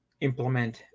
implement